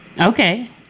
Okay